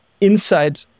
inside